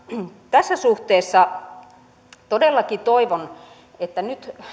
tässä suhteessa todellakin toivon että nyt